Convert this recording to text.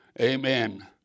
Amen